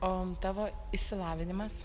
o tavo išsilavinimas